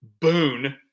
boon